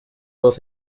dos